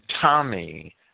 Tommy